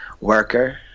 worker